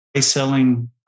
selling